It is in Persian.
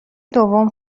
دوم